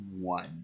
one